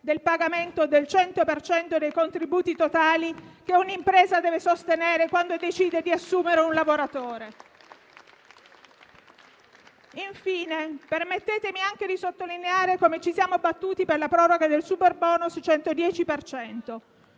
del pagamento del 100 per cento dei contributi totali che un'impresa deve sostenere quando decide di assumere un lavoratore. Infine, permettetemi anche di sottolineare come ci siamo battuti per la proroga del superbonus al